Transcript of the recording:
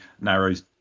narrows